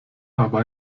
aber